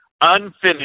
unfinished